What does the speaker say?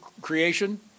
creation